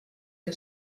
que